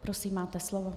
Prosím, máte slovo.